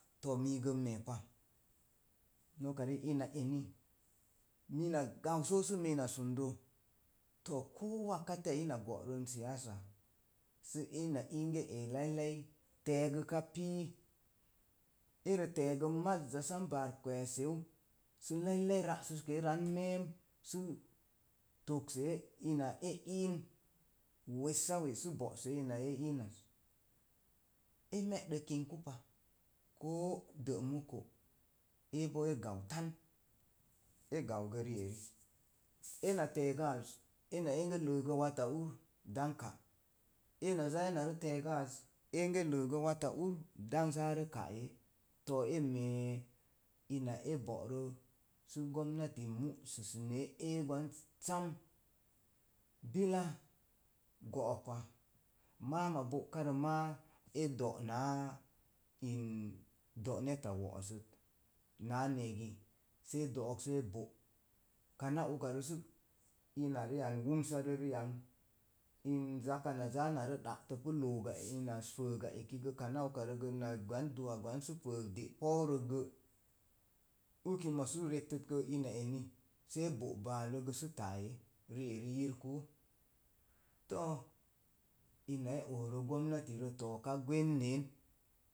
Too miigə n mepa noka ri'ik ina eni mina gau so su mina sundo, to koo wakateya ina go'ran siya sa sə ma inge ee lailai te̱e̱gəka pii ərə teegə maza sam baar kwe̱e̱ səu, sə lallai ra'səske̱e̱ ran meem. Sə toksee ina e iin wessawe sə bosee ina sə e innaz e me'de kinkupa koo dé muko, ebo e gau tan a gau gə ri eri eana te̱egə a az ena enge leegə wota úr dáng ka’ ena za ena teegə az engə ləəsə wota úr dang zaa re ke'ee, too e mee ina e bo'ro sə gomnati mu'susunee ee gwan sam, bila góokpa mááma bókarəm ma e dó náá ina an doneta wosoti náá negi sə e dó sə e bo’ kana ukarə ina ri an wumsarə in zaka na zaa narə da'təpu looga ina an fəəga eki gə kana akarə gə wan du'a gə gwan fəəg de’ pourək gə uki mo sə rekti ke̱ ina eni see bo baalə sə ta'e ri'eri yirkuu to̱o̱ ina e ooro gomnati ren to̱a̱ ka gwennen.